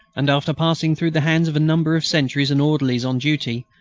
and after passing through the hands of a number of sentries and orderlies on duty,